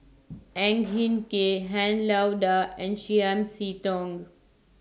Ang Hin Kee Han Lao DA and Chiam See Tong